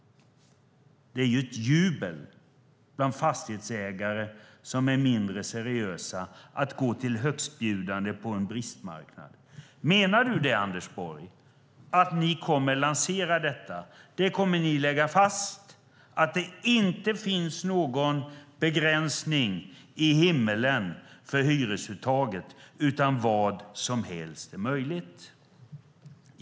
Det är ett jubel bland fastighetsägare som är mindre seriösa att gå till högstbjudande på en bristmarknad! Menar du, Anders Borg, att ni kommer att lansera detta, att ni kommer att lägga fast att det inte finns någon begränsning i himlen för hyresuttaget utan att vad som helst är möjligt?